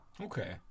Okay